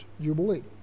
jubilee